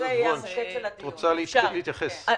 את רוצה להתייחס?